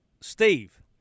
Steve